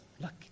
look